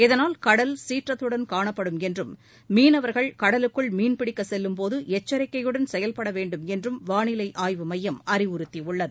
இதனால் கடல் கீற்றத்துடன் காணப்படும் என்றும் மீனவர்கள் கடலுக்குள் மீன் பிடிக்க செல்லும் போது எச்சரிக்கையுடன் செயல்பட வேண்டுமென்றும் வானிலை ஆய்வு மையம் அறிவுறுத்தியுள்ளது